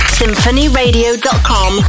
symphonyradio.com